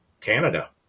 Canada